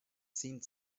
seemed